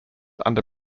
under